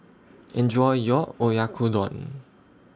Enjoy your Oyakodon